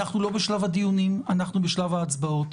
אנחנו לא בשלב הדיונים, אנחנו בשלב ההצבעות.